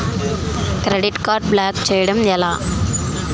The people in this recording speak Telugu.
క్రెడిట్ కార్డ్ బ్లాక్ చేయడం ఎలా?